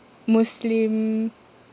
muslim